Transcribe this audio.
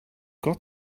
got